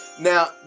Now